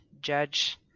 judge